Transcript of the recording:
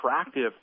attractive